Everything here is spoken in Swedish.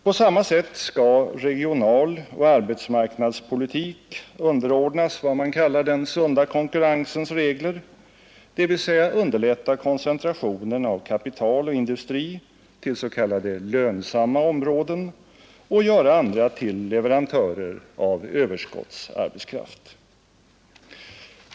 På samma sätt skall regionaloch arbetsmarknadspolitik underordnas vad man kallar den ”sunda konkurrensens” regler, dvs. underlätta koncentrationen av kapital och industri till s.k. lönsamma områden och göra andra till leverantörer av överskottsarbetskraft.